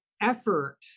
effort